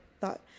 thought